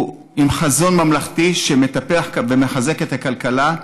הוא עם חזון ממלכתי, שמטפח ומחזק את הכלכלה,